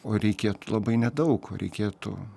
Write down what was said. o reikėtų labai nedaug ko reikėtų